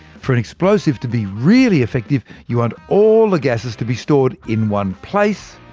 for an explosive to be really effective, you want all the gases to be stored in one place,